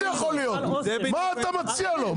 מה אתה מציע לו?